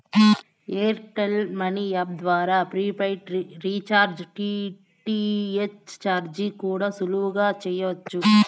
air tell money app ద్వారా prepaid recharge, DTH recharge కూడా సులువుగా చెయ్యచ్చు